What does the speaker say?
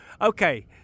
okay